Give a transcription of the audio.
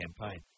campaign